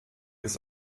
ist